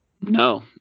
No